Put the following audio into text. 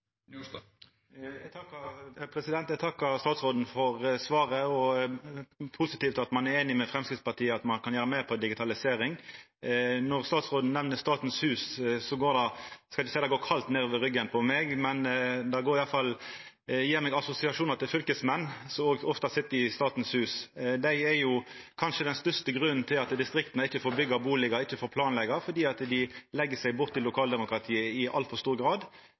Eg takkar statsråden for svaret. Det er positivt at ein er einig med Framstegspartiet i at ein kan gjera meir for å digitalisera. Når statsråden nemner Statens hus, skal eg ikkje seia at det går kaldt nedover ryggen på meg, men det gjev meg assosiasjonar til fylkesmenn, som ofte sit i Statens hus. Dei er kanskje den største grunnen til at distrikta ikkje får byggja bustader og ikkje får planleggja, fordi dei legg seg borti lokaldemokratiet i altfor stor grad.